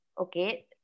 Okay